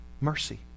Mercy